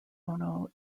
ono